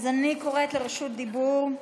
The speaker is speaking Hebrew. אני אקרא לרשות דיבור.